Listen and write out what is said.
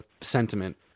sentiment